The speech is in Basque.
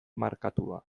markatua